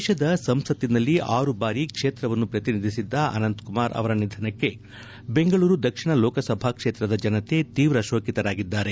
ದೇಶದ ಸಂಸತ್ತಿನಲ್ಲಿ ಆರು ಬಾರಿ ಕ್ಷೇತ್ರವನ್ನು ಪ್ರತಿನಿಧಿಸಿದ್ದ ಅನಂತಕುಮಾರ್ ಅವರ ನಿಧನಕ್ಕೆ ಬೆಂಗಳೂರು ದಕ್ಷಿಣ ಲೋಕಸಭಾ ಕ್ಷೇತ್ರದ ಜನತೆ ತೀವ್ರ ಶೋಕಿತರಾಗಿದ್ದಾರೆ